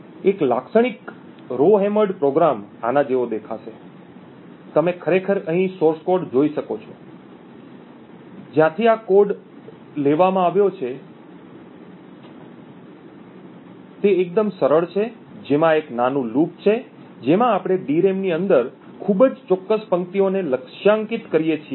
એક લાક્ષણિક rowhammered program આના જેવો દેખાશે તમે ખરેખર અહીં સોર્સ કોડ જોઈ શકો છો કે જ્યાંથી આ કોડ લેવામાં આવ્યો છે તે એકદમ સરળ છે જેમાં એક નાનુ લૂપ છે જેમાં આપણે ડીરેમડીરેમ ની અંદર ખૂબ જ ચોક્કસ પંક્તિઓને લક્ષ્યાંકિત કરીએ છીએ